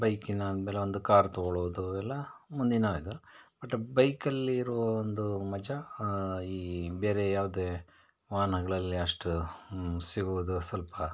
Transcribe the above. ಬೈಕಿನ ಆದ್ಮೇಲೆ ಒಂದು ಕಾರ್ ತಗೊಳ್ಳೋದು ಎಲ್ಲ ಮುಂದಿನ ಇದು ಬಟ್ ಬೈಕಲ್ಲಿರೋ ಒಂದು ಮಜಾ ಈ ಬೇರೆ ಯಾವುದೇ ವಾಹನಗಳಲ್ಲಿ ಅಷ್ಟು ಸಿಗೋದು ಸ್ವಲ್ಪ